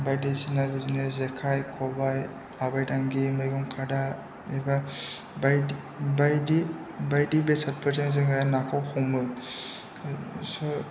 बायदिसिना बिदिनो जेखाइ खबाय आबैदांगि मैगं खादा एबा बायदि बायदि बायदि बेसादफोरजों जोङो नाखौ हमो स